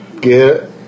get